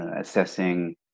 assessing